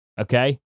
okay